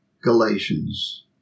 Galatians